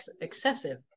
excessive